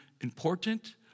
important